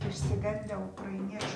išsigandę ukrainiečių